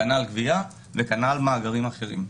כנ"ל גבייה וכנ"ל מאגרים אחרים.